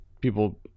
people